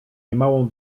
niemałą